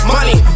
Money